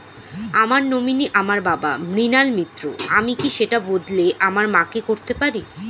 আমার নমিনি আমার বাবা, মৃণাল মিত্র, আমি কি সেটা বদলে আমার মা কে করতে পারি?